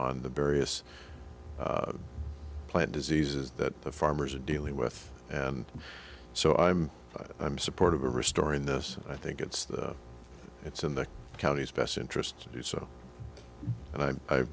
on the barriers plant diseases that the farmers are dealing with and so i'm i'm supportive of restoring this i think it's that it's in the county's best interest to do so and i